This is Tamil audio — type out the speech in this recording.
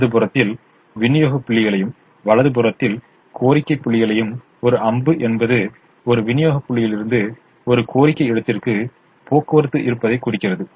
இடது புறத்தில் விநியோக புள்ளிகளையும் வலது புறத்தில் கோரிக்கை புள்ளிகளையும் ஒரு அம்பு என்பது ஒரு விநியோக புள்ளியிலிருந்து ஒரு கோரிக்கை இடத்திற்கு போக்குவரத்து இருப்பதைக் குறிக்கிறது